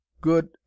Good